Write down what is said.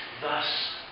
Thus